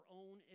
own